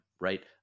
right